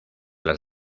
las